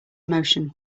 motion